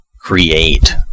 create